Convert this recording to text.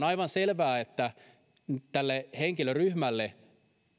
aivan selvää että tälle henkilöryhmälle